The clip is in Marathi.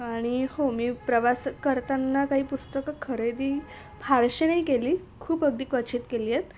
आणि हो मी प्रवास करताना काही पुस्तकं खरेदी फारशी नाही केली खूप अगदी क्वचित केली आहेत